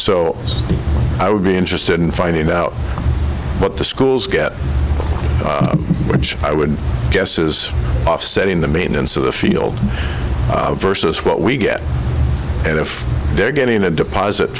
so i would be interested in finding out what the schools get which i would guess is offsetting the maintenance of the field versus what we get and if they're getting a deposit